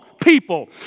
people